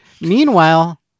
Meanwhile